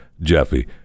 Jeffy